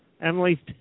Emily